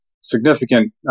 significant